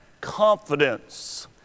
confidence